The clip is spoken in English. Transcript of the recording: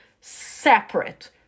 separate